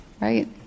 right